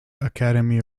academy